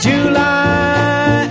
July